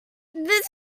this